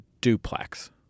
duplex